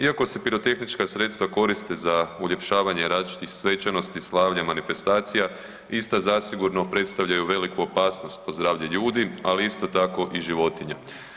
Iako se pirotehnička sredstva koriste za uljepšavanje različitih svečanosti, slavlja, manifestacija, ista zasigurno predstavljaju veliku opasnost po zdravlje ljudi, ali isto tako i životinja.